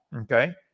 okay